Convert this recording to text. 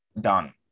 done